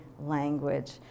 language